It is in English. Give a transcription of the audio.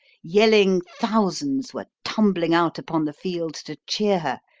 yelling thousands were tumbling out upon the field to cheer her,